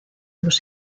los